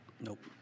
Nope